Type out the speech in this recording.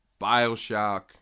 Bioshock